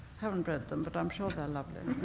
haven't read them, but i'm sure they're lovely.